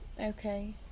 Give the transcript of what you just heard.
Okay